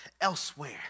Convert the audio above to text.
elsewhere